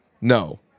No